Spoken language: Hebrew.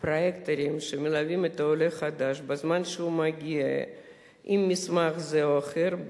פרויקטורים שמלווים את העולה החדש בזמן שהוא מגיע עם מסמך זה או אחר,